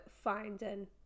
finding